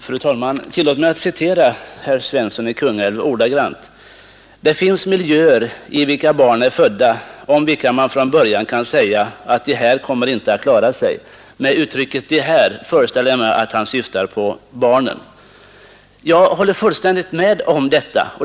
Fru talman! Tillåt mig att ordagrant citera herr Svensson i Kungälv: ”Det finns miljöer i vilka barn är födda om vilka man från början kan säga att de här kommer inte att klara sig.” Med uttrycket ”de här” föreställer jag mig att han syftar på barnen. Jag håller fullständigt med om detta.